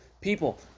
people